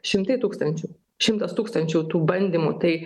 šimtai tūkstančių šimtas tūkstančių tų bandymų tai